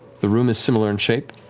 the room is similar in shape,